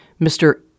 Mr